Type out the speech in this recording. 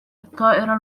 الطائرة